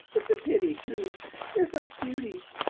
it's a pity too they're such beauties.